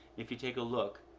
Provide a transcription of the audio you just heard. if you take a look,